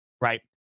right